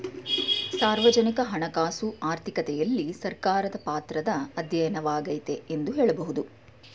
ಸಾರ್ವಜನಿಕ ಹಣಕಾಸು ಆರ್ಥಿಕತೆಯಲ್ಲಿ ಸರ್ಕಾರದ ಪಾತ್ರದ ಅಧ್ಯಯನವಾಗೈತೆ ಎಂದು ಹೇಳಬಹುದು